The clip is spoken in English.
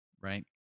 right